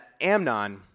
Amnon